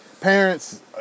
parents